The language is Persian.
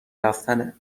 رفتنه